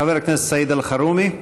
חבר הכנסת סעיד אלחרומי.